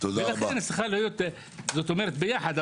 ביחד.